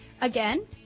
Again